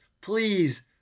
Please